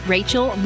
Rachel